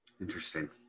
interesting